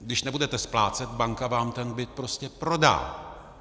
Když nebudete splácet, banka vám byt prostě prodá.